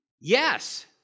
Yes